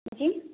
جی